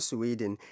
Sweden